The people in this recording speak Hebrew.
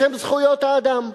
בשם זכויות האדם.